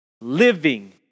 Living